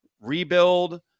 rebuild